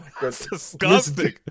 disgusting